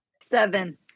Seven